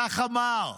כך אמר.